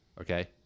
Okay